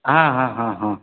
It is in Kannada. ಹಾಂ ಹಾಂ ಹಾಂ ಹಾಂ